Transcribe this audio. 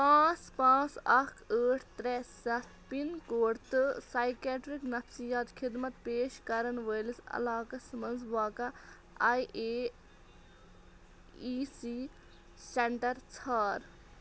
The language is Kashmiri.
پانٛژھ پانٛژھ اَکھ ٲٹھ ترٛےٚ سَتھ پِن کوڈ تہٕ سایکریٹِک نفسِیات خدمت پیش کرن وٲلِس علاقس مَنٛز واقع I A E C centre ژھار